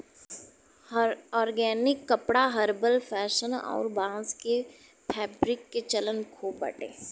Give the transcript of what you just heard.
organic कपड़ा herbal fashion अउरी बांस के फैब्रिक के चलन खूब बाटे